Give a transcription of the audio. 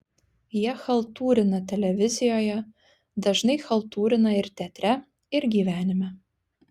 jie chaltūrina televizijoje dažnai chaltūrina ir teatre ir gyvenime